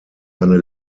eine